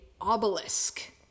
obelisk